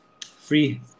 free